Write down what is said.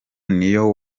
niyo